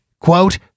quote